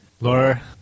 Laura